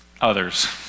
others